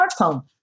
smartphone